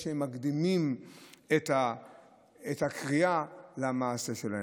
הם מקדימים את הקריאה במעשה שלהם.